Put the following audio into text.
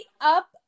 up